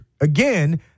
Again